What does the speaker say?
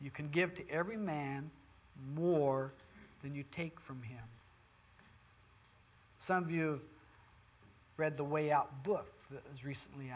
you can give to every man more than you take from him some of you read the way out book recently